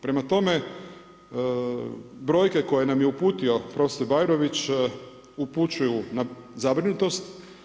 Prema tome, brojke koje nam je uputio prof. Bajrović upućuju na zabrinutost.